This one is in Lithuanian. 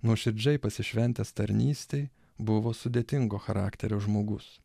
nuoširdžiai pasišventęs tarnystei buvo sudėtingo charakterio žmogus